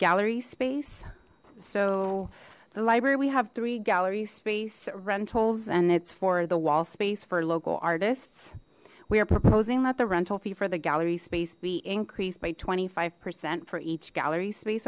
gallery space so the library we have three galleries space rentals and it's for the wall space for local artists we are proposing that the rental fee for the gallery space be increased by twenty five percent for each gallery space